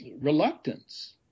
reluctance